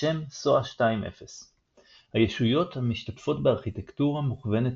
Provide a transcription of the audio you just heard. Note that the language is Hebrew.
בשם SOA 2.0. הישויות המשתתפות בארכיטקטורה מוכוונת